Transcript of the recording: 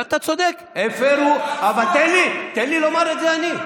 אתה צודק, הפרו, אבל תן לי לומר את זה אני.